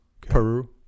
Peru